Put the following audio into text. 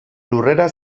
lurrera